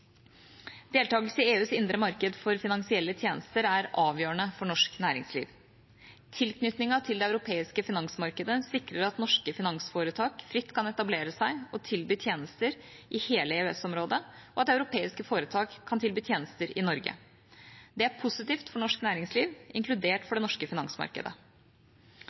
Deltakelse i EUs indre marked for finansielle tjenester er avgjørende for norsk næringsliv. Tilknytningen til det europeiske finansmarkedet sikrer at norske finansforetak fritt kan etablere seg og tilby tjenester i hele EØS-området, og at europeiske foretak kan tilby tjenester i Norge. Det er positivt for norsk næringsliv, inkludert for det norske finansmarkedet.